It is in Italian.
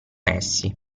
essi